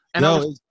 No